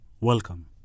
Welcome